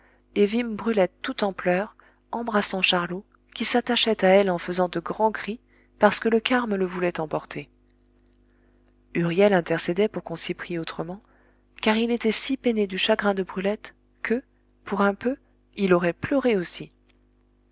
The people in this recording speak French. et vîmes brulette tout en pleurs embrassant charlot qui s'attachait à elle en faisant de grands cris parce que le carme le voulait emporter huriel intercédait pour qu'on s'y prît autrement car il était si peiné du chagrin de brulette que pour un peu il aurait pleuré aussi